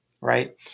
right